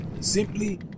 simply